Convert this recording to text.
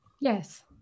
yes